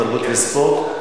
התרבות והספורט?